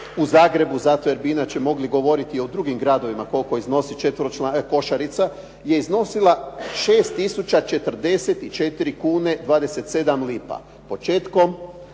u Zagrebu, zato jer bi inače mogli govoriti i o drugim gradovima koliko iznosi četveročlana košarica, je iznosila 6 044,27 kuna početkom,